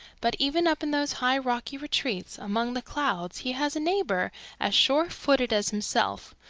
but even up in those high rocky retreats among the clouds he has a neighbor as sure-footed as himself,